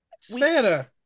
Santa